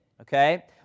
Okay